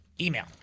email